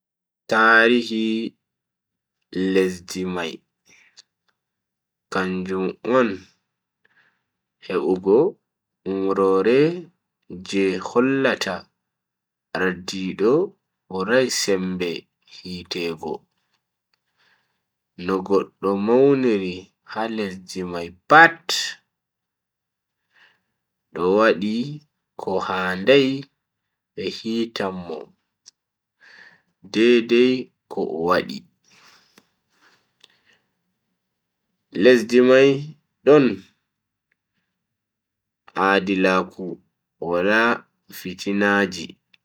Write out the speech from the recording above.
Tarihi lesdi mai kanjum on hebugo umroore je hollata ardiido burai sembe hiteego. no goddo mauniri ha lesdi mai pat, to wadi ko handai be hitan mo dai dai ko o wadi. lesdi mai don aadilaaku wala fitinaji.